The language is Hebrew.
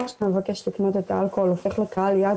בן נוער שמבקש לקנות את האלכוהול הופך לקהל יעד